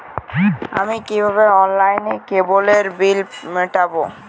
আমি কিভাবে অনলাইনে কেবলের বিল মেটাবো?